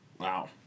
wow